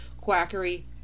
quackery